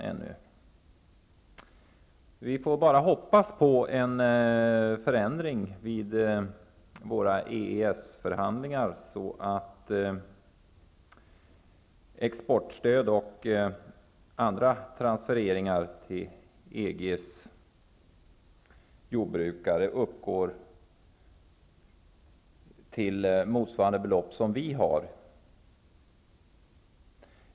Det är bara att hoppas på en förändring vid våra EES förhandlingar, så att exportstöd och andra transfereringar beträffande EG:s jordbrukare kommer upp i de belopp som gäller för Sverige.